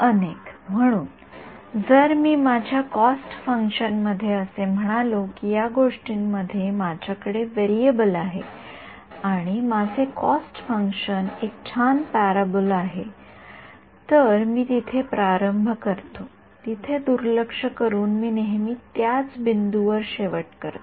अनेक म्हणून जर मी माझ्या कॉस्ट फंक्शनमध्ये असे म्हणालो की या गोष्टींमध्ये माझ्याकडे व्हेरिएबल आहे आणि माझे कॉस्ट फंक्शन एक छान परबोल असेल तर मी जिथे प्रारंभ करतो तिथे दुर्लक्ष करून मी नेहमी त्याच बिंदूवर शेवट करतो